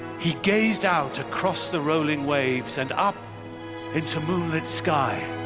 he gazed out across the rolling waves and up into moonlit sky.